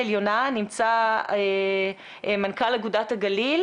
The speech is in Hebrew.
שעליו ניתן למצוא מידע רב על התכולה,